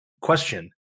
Question